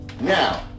Now